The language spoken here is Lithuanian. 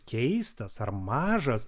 keistas ar mažas